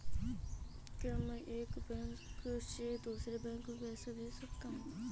क्या मैं एक बैंक से दूसरे बैंक में पैसे भेज सकता हूँ?